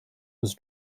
was